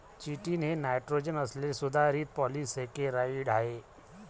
chitin हे nitrogen असलेले सुधारित पॉलिसेकेराइड आहे